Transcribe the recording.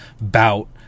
Bout